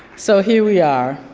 so here we are,